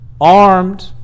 armed